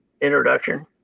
introduction